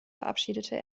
verabschiedete